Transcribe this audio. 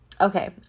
okay